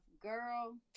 girl